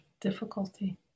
difficulty